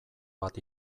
bat